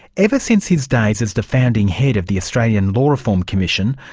ever since his days as the founding head of the australian law reform commission,